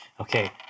Okay